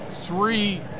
three